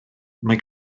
mae